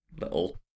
little